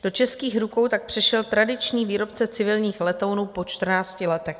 Do českých rukou tak přešel tradiční výrobce civilních letounů po čtrnácti letech.